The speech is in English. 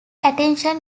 attention